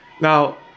Now